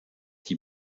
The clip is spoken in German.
die